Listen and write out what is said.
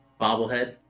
bobblehead